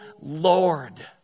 Lord